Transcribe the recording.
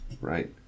right